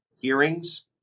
hearings